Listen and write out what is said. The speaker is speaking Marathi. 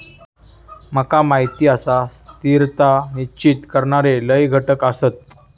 माका माहीत आसा, स्थिरता निश्चित करणारे लय घटक आसत